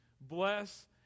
Bless